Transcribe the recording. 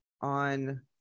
on